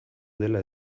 dela